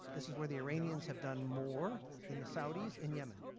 this is where the iranians have done more than the saudis in yemen.